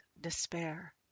despair